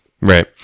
Right